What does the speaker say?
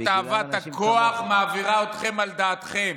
שתאוות הכוח מעבירה אותם על דעתם.